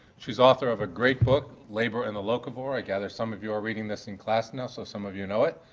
she's author of a great book, labor and the locavore. i gather some of you are reading this in class now, so some of you know it.